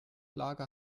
lager